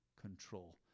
control